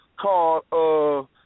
called